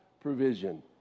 provision